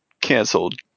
canceled